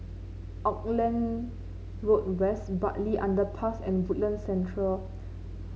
Auckland Road West Bartley Underpass and Woodlands Centre Road